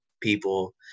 people